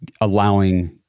allowing